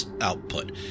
output